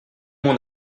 mon